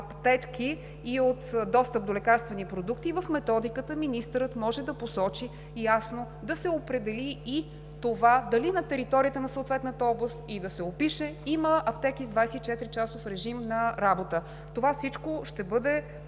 и от достъп до лекарствени продукти, в Методиката министърът може да посочи ясно да се определи и да се опише и това дали на територията на съответната област има аптеки с 24-часов режим на работа. Това всичко ще бъде